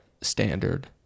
standard